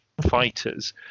fighters